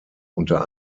unter